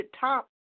top